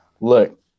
look